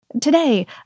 Today